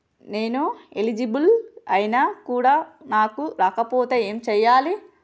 నేను ఎలిజిబుల్ ఐనా కూడా నాకు రాకపోతే ఏం చేయాలి?